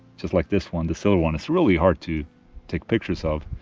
just like this one the silver one, it's really hard to take pictures of